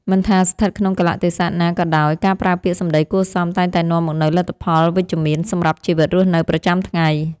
មិនថាស្ថិតក្នុងកាលៈទេសៈណាក៏ដោយការប្រើពាក្យសម្តីគួរសមតែងតែនាំមកនូវលទ្ធផលវិជ្ជមានសម្រាប់ជីវិតរស់នៅប្រចាំថ្ងៃ។